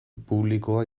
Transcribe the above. publikoa